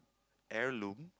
heirloom